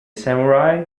samurai